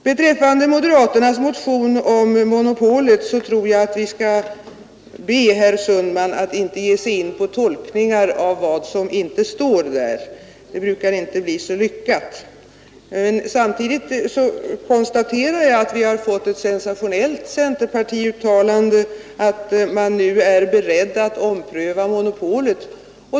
Beträffande moderaternas motion om monopolet så tror jag att vi skall be herr Sundman att inte ge sig in på tolkningar av vad som inte står där. Det brukar inte bli så lyckat. Samtidigt konstaterar jag att vi har fått det sensationella centerpartiuttalandet, att man nu är beredd att ompröva monopolet.